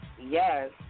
Yes